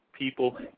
People